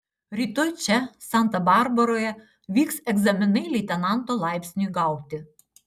rytoj čia santa barbaroje vyks egzaminai leitenanto laipsniui gauti